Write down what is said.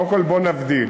קודם כול, בוא נבדיל.